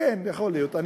כן, יכול להיות.